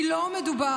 כי לא מדובר